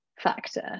factor